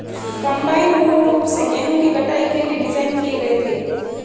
combine मूल रूप से गेहूं की कटाई के लिए डिज़ाइन किए गए थे